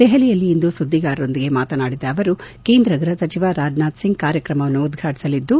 ದೆಹಲಿಯಲ್ಲಿಂದು ಸುದ್ದಿಗಾರರೊಂದಿಗೆ ಮಾತನಾಡಿದ ಅವರು ಕೇಂದ್ರ ಗೃಹ ಸಚಿವ ರಾಜನಾಥ್ ಸಿಂಗ್ ಕಾರ್ಯಕ್ರಮವನ್ನು ಉದ್ಘಾಟಿಸಲಿದ್ದು